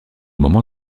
moment